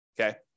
okay